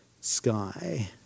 sky